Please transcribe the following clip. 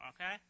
okay